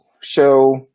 show